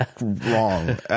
wrong